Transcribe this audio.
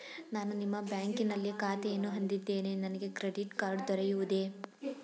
ನಾನು ನಿಮ್ಮ ಬ್ಯಾಂಕಿನಲ್ಲಿ ಖಾತೆಯನ್ನು ಹೊಂದಿದ್ದೇನೆ ನನಗೆ ಕ್ರೆಡಿಟ್ ಕಾರ್ಡ್ ದೊರೆಯುವುದೇ?